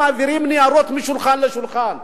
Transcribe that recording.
מעבירים ניירות משולחן לשולחן.